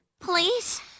Please